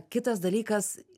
kitas dalykas